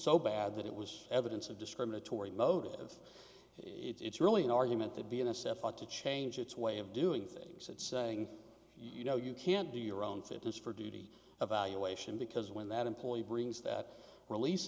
so bad that it was evidence of discriminatory motive it's really an argument to be an s f ought to change its way of doing things it's saying you know you can't do your own fitness for duty evaluation because when that employee brings that release